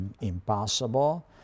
impossible